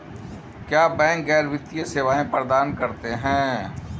क्या बैंक गैर वित्तीय सेवाएं प्रदान करते हैं?